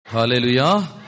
Hallelujah